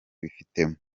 wifitemo